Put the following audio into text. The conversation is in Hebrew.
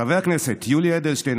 חבר הכנסת יולי אדלשטיין,